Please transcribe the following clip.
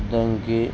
Addanki